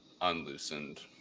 unloosened